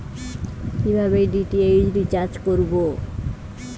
কিভাবে DTH recharge করব?